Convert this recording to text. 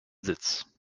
sitz